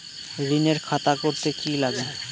ঋণের খাতা করতে কি লাগে?